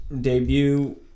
debut